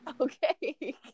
Okay